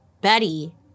Betty